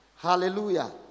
Hallelujah